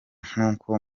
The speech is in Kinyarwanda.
nk’uko